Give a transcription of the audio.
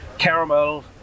Caramel